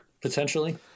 potentially